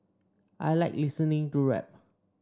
I like listening to rap